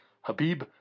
Habib